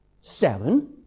Seven